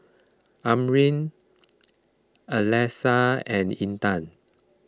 Amrin Alyssa and Intan